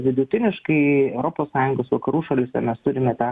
vidutiniškai europos sąjungos vakarų šalyse mes turime tą